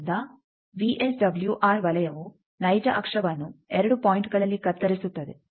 ಆದ್ದರಿಂದ ವಿಎಸ್ಡಬ್ಲ್ಯೂಆರ್ ವಲಯವು ನೈಜ ಅಕ್ಷವನ್ನು 2 ಪಾಯಿಂಟ್ಗಳಲ್ಲಿ ಕತ್ತರಿಸುತ್ತದೆ